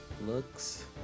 looks